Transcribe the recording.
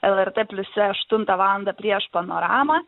lrt pliuse aštuntą valandą prieš panoramą